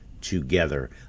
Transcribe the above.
together